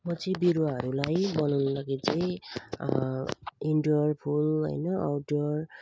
म चाहिँ बिरुवाहरूलाई बनाउनु लागि चाहिँ इन्डोर फुल हैन आउटडोर